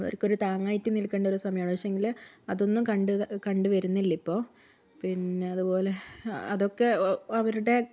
അവർക്കൊരു താങ്ങായിട്ട് നിൽക്കേണ്ടൊരു സമയമാണ് പക്ഷേയെങ്കിൽ അതൊന്നും കണ്ട് കണ്ടുവരുന്നില്ല ഇപ്പോൾ പിന്നെ അതുപോലെ അതൊക്കെ അവരുടെ